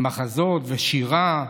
מחזות ושירה,